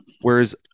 Whereas